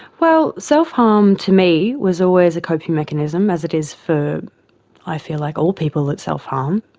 well, self-harm to me was always a coping mechanism, as it is for i feel like all people that self-harm.